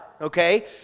okay